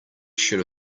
should